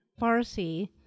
Farsi